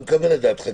אני מקבל את דעתך,